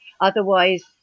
Otherwise